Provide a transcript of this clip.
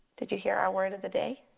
did you hear our word of the day?